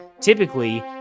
typically